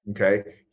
okay